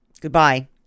Goodbye